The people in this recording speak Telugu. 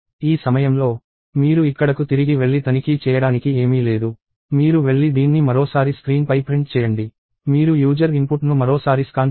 ఈ సమయంలో మీరు ఇక్కడకు తిరిగి వెళ్లి తనిఖీ చేయడానికి ఏమీ లేదు మీరు వెళ్లి దీన్ని మరోసారి స్క్రీన్పై ప్రింట్ చేయండి మీరు యూజర్ ఇన్పుట్ను మరోసారి స్కాన్ చేయండి